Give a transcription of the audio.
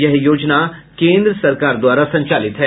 यह योजना केंद्र सरकार द्वारा संचालित है